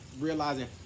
realizing